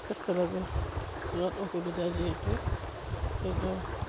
একেলগে যোৱাতো অসুবিধা যিহেতু সেইটো